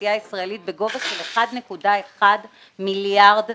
לתעשייה הישראלית בגובה של 1.1 מיליארד שקל,